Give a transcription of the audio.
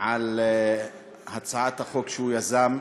על הצעת החוק שהוא יזם,